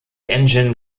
engine